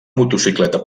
motocicleta